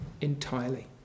entirely